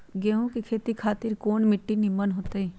गेंहू की खेती खातिर कौन मिट्टी निमन हो ताई?